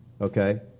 Okay